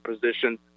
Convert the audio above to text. position